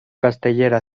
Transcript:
castellera